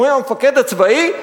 אומרים: המפקד הצבאי,